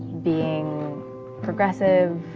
being progressive,